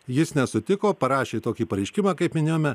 jis nesutiko parašė tokį pareiškimą kaip minėjome